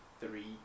three